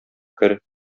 кер